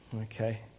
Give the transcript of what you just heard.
Okay